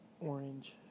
Orange